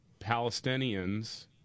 Palestinians